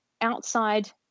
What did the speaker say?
outside